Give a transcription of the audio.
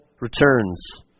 returns